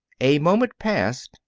a moment passed.